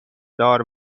دار